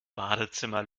badezimmer